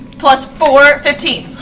plus four. fifteen.